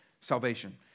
salvation